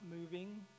moving